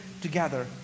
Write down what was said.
together